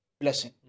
Blessing